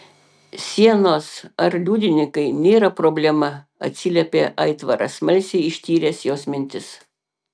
sienos ar liudininkai nėra problema atsiliepė aitvaras smalsiai ištyręs jos mintis